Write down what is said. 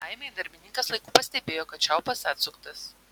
laimei darbininkas laiku pastebėjo kad čiaupas atsuktas